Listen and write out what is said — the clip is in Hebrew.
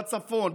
בצפון,